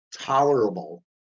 tolerable